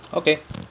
okay